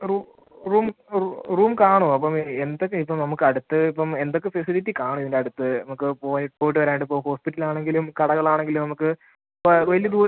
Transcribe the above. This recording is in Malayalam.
റൂ റൂം റൂ റൂം കാണോ അപ്പം ഇനി എന്തൊക്കെ ഇപ്പം നമുക്കടുത്ത് ഇപ്പം എന്തൊക്കെ ഫെസിലിറ്റി കാണിതിൻ്റടുത്ത് നമുക്ക് പോയി പോയിട്ട് വരാനായിട്ടിപ്പോൾ ഹോസ്പിറ്റലാണെങ്കിലും കടകളാണെങ്കിൽ നമുക്ക് വലിയ ദൂരം